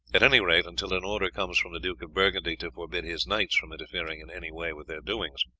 at any rate until an order comes from the duke of burgundy to forbid his knights from interfering in any way with their doings.